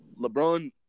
LeBron